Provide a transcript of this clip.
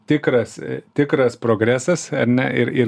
tikras tikras progresas ar ne ir ir